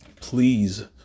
please